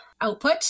output